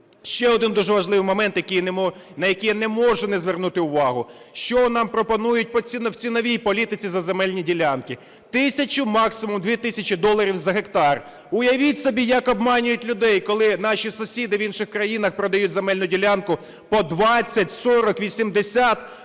Ще один дуже важливий момент, на який я не можу не звернути увагу. Що нам пропонують в ціновій політиці за земельні ділянки? Тисячу максимум 2 тисячі доларів за гектар. Уявіть собі, як обманюють людей, коли наші сусіди в інших країнах продають земельну ділянку по 20, 40, 80,